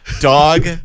dog